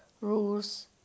rules